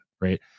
right